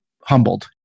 humbled